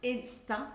Insta